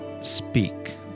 speak